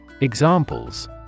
Examples